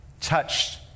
touched